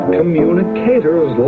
communicators